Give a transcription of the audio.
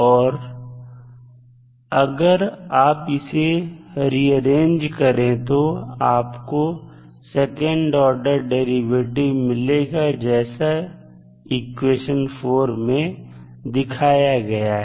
और अगर आप इसे रिअरेंज करें तो आपको सेकंड ऑर्डर डेरिवेटिव मिलेगा जैसा इक्वेशन 4 में दिखाया गया है